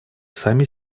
сами